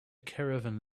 caravan